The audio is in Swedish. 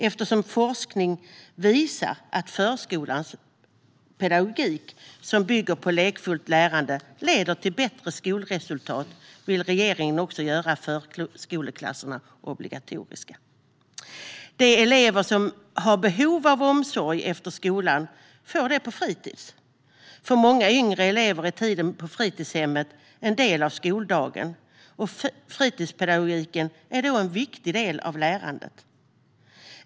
Eftersom forskning visar att förskolans pedagogik, som bygger på lekfullt lärande, leder till bättre skolresultat vill regeringen göra förskoleklassen obligatorisk. De elever som har behov av omsorg efter skolan får den på fritis. För många yngre elever är tiden på fritidshemmet en del av skoldagen. Fritispedagogiken är då en viktig del av lärandet.